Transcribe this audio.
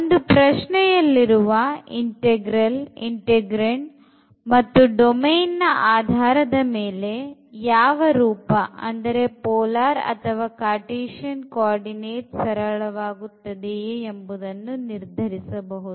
ಒಂದು ಪ್ರಶ್ನೆಯಲ್ಲಿರುವ integral integrand ಮತ್ತು domain ಆಧಾರದ ಮೇಲೆ ಯಾವ ರೂಪ ಅಂದರೆ polar ಅಥವಾ cartesian coordinates ಸರಳವಾಗುತ್ತದೆ ಎಂಬುದನ್ನು ನಿರ್ಧರಿಸಬಹುದು